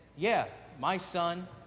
yeah, my son,